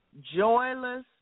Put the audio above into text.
joyless